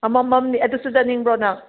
ꯑꯃꯃꯝꯅꯦ ꯑꯗꯨꯁꯨ ꯆꯠꯅꯤꯡꯕ꯭ꯔꯣ ꯅꯪ